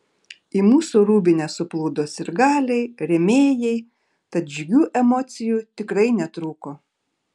į mūsų rūbinę suplūdo sirgaliai rėmėjai tad džiugių emocijų tikrai netrūko